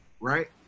right